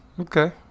Okay